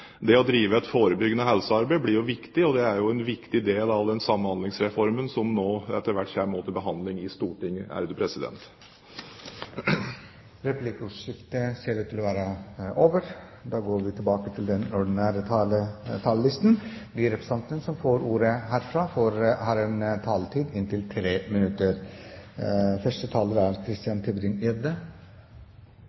det å drive et forebyggende helsearbeid blir viktig, og det er en viktig del av den Samhandlingsreformen som nå etter hvert også kommer til behandling i Stortinget. Replikkordskiftet er over. De talere som heretter får ordet, har en taletid på inntil 3 minutter. Med fare for å forlenge debatten unødvendig har jeg lyst til å snakke lite grann om hva det er